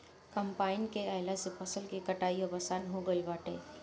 combine के आइला से फसल के कटाई अब आसान हो गईल बाटे